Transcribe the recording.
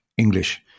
English